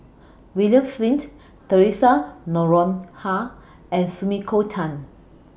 William Flint Theresa Noronha and Sumiko Tan